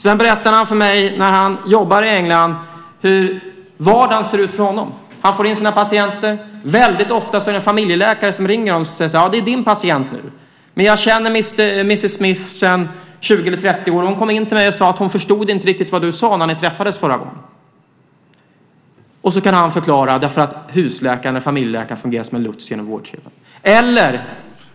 Sedan berättade han för mig hur vardagen ser ut för honom när han jobbar i England. Han får in sina patienter. Väldigt ofta är det familjeläkare som ringer honom och säger: Det är din patient nu. Men jag känner mrs Smith sedan 20 eller 30 år. Hon kom in till mig och sade att hon inte riktigt förstod vad du sade när ni träffades förra gången. Så kan han förklara, därför att husläkaren eller familjeläkaren fungerar som en lots genom vårdkedjan.